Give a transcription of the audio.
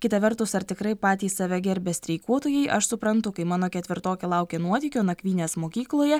kita vertus ar tikrai patys save gerbia streikuotojai aš suprantu kai mano ketvirtokė laukia nuotykio nakvynės mokykloje